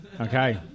Okay